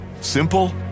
Simple